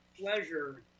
pleasure